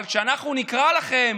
אבל כשאנחנו נקרא לכם